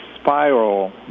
spiral